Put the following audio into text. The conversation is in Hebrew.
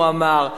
הוא אמר,